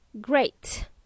Great